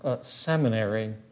seminary